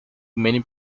many